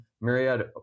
Myriad